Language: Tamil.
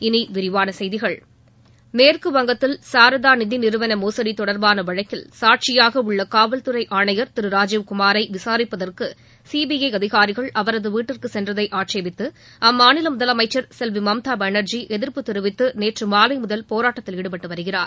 இனி விரிவான செய்திகள் மேற்குவங்கத்தில் சாராத நிதி நிறுவன மோசடி தொடர்பான வழக்கில் சாட்சியாக உள்ள காவல்துறை ஆணையா் திரு ராஜீவ்குமாரை விசார்ப்பதற்கு சிபிஐ அதிகாரிகள் அவரது வீட்டிற்கு சென்றதை ஆட்சேபித்து அம்மாநில முதலமைச்ச் செல்வி மம்தா பானா்ஜி எதிா்ப்பு தெரிவித்து நேற்று மாலை முதல் போராட்டத்தில் ஈடுபட்டு வருகிறார்